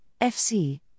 FC